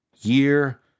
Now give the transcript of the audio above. year